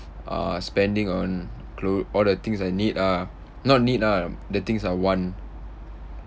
uh spending on cloth all the things I need ah not need ah the things I want